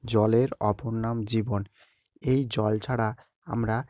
জলের অপর নাম জীবন এই জল ছাড়া আমরা